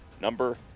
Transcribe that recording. number